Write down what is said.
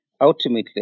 ultimately